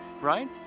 right